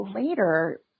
later